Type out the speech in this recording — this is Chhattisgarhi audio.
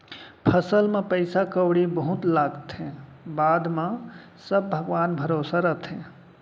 फसल म पइसा कउड़ी बहुत लागथे, बाद म सब भगवान भरोसा रथे